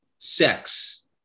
Sex